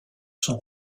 sont